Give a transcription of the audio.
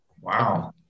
Wow